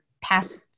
past